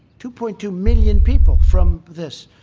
two point two million people from this.